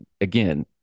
again